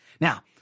Now